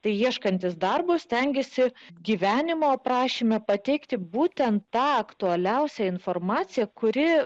tai ieškantys darbo stengiasi gyvenimo aprašyme pateikti būtent tą aktualiausią informaciją kuri